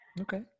Okay